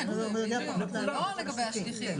כן, זה לא לגבי השליחים.